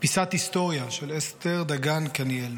"פיסת היסטוריה", של אסתר דגן קניאל: